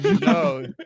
No